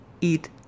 eat